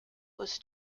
was